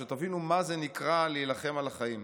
שתבינו מה זה להילחם על החיים.